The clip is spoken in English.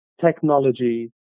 technology